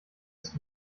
ist